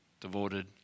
devoted